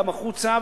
גם החוצה,